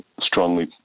strongly